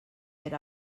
per